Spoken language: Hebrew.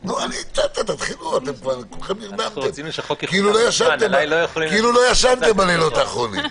נרדמתם, כאילו לא ישנתם בלילות האחרונים.